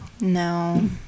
no